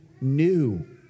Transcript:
new